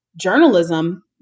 journalism